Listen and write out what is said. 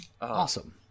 Awesome